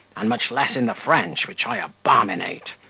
and much less in the french, which i abominate,